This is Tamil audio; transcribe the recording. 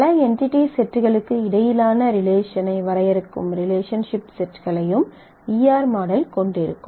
பல என்டிடி செட்களுக்கு இடையிலான ரிலேஷனை வரையறுக்கும் ரிலேஷன்ஷிப் செட்களையும் ER மாடல் கொண்டிருக்கும்